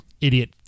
idiot